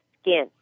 skin